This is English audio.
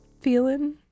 feeling